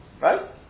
Right